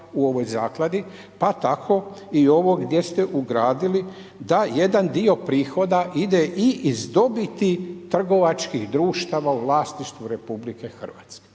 u ovoj zakladi pa tako i ovo gdje ste ugradili da jedan dio prihoda ide i iz dobiti trgovačkih društava u vlasništvu RH. Dakle